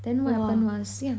then what happened was yeah